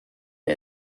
mir